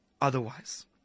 otherwise